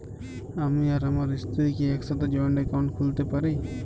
আমি আর আমার স্ত্রী কি একসাথে জয়েন্ট অ্যাকাউন্ট খুলতে পারি?